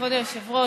כבוד היושב-ראש,